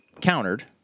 countered